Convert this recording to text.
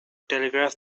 telegraph